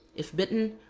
if bitten,